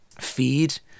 feed